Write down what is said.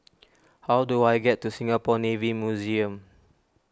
how do I get to Singapore Navy Museum